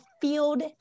field